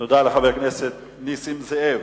תודה לחבר הכנסת נסים זאב.